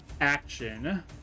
action